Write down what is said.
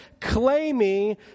claiming